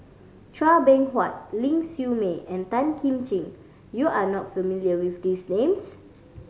Chua Beng Huat Ling Siew May and Tan Kim Ching you are not familiar with these names